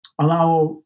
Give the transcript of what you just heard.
allow